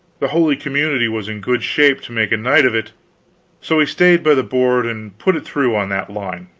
the holy community was in good shape to make a night of it so we stayed by the board and put it through on that line.